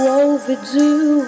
overdue